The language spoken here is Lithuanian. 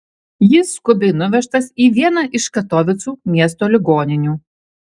jis skubiai nuvežtas į vieną iš katovicų miesto ligoninių